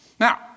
Now